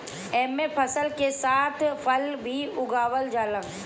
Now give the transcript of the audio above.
एमे फसल के साथ फल भी उगावल जाला